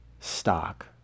stock